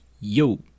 yo